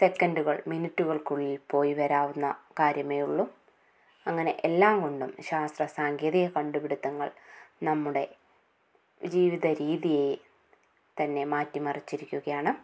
സെക്കൻഡുകൾ മിനിറ്റുകൾക്കുള്ളിൽ പോയി വരാവുന്ന കാര്യമേയുള്ളൂ അങ്ങനെ എല്ലാംകൊണ്ടും ശാസ്ത്ര സാങ്കേതിക കണ്ടുപിടുത്തങ്ങൾ നമ്മുടെ ജീവിതരീതിയെ തന്നെ മാറ്റിമറിച്ചിരിക്കുകയാണ്